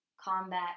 combat